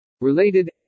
Related